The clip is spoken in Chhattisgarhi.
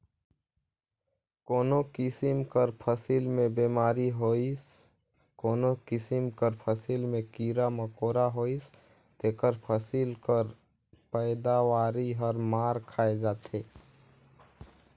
कोनो किसिम कर फसिल में बेमारी होइस कोनो किसिम कर फसिल में कीरा मकोरा होइस तेकर फसिल कर पएदावारी हर मार खाए जाथे